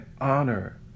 honor